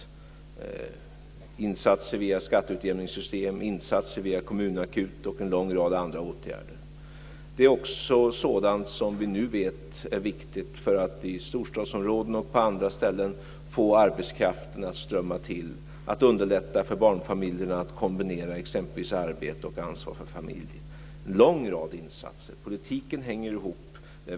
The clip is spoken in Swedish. Det är insatser via skatteutjämningssystem. Det är insatser via kommunakut och en lång rad andra åtgärder. Det är också sådant som vi nu vet är viktigt för att i storstadsområden och på andra ställen få arbetskraften att strömma till, och att underlätta för barnfamiljerna att kombinera exempelvis arbete och ansvar för familjen. Det är en lång rad insatser. Politiken hänger ihop.